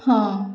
ହଁ